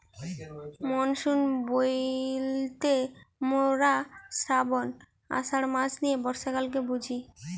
monsoon বইলতে মোরা শ্রাবন, আষাঢ় মাস নিয়ে বর্ষাকালকে বুঝি